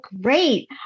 great